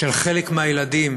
שחלק מהילדים,